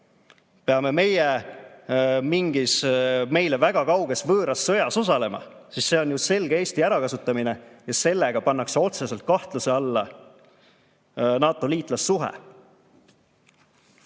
mingis meile väga kauges võõras sõjas osalema, siis see on ju selge Eesti ärakasutamine ja sellega pannakse otseselt kahtluse alla NATO liitlassuhe.